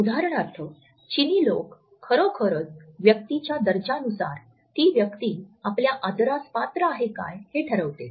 उदाहरणार्थ चिनी लोक खरोखरच व्यक्तीच्या दर्जानुसार ती व्यक्ती आपल्या आदरास पात्र आहे काय हे ठरवते